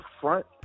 front